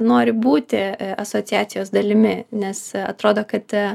nori būti asociacijos dalimi nes atrodo kad